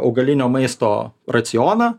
augalinio maisto racioną